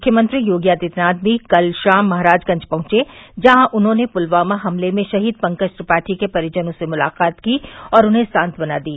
मुख्यमंत्री योगी आदित्यनाथ भी कल शाम महाराजगंज पहुंचे जहां उन्होंने पुलवामा हमले में शहीद पंकज त्रिपाठी के परिजनों से मुलाकात की और उन्हें सांत्वना दी